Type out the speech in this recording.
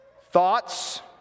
thoughts